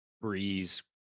Breeze